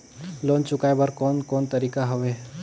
Loan चुकाए बर कोन कोन तरीका हवे?